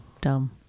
dumb